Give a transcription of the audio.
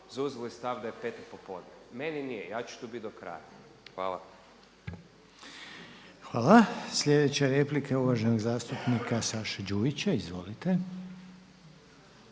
zauzeli stav da je petak popodne. Meni nije. Ja ću tu biti do kraja. Hvala. **Reiner, Željko (HDZ)** Hvala. Sljedeća replika je uvaženog zastupnika Saše Đujića. Izvolite.